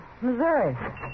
Missouri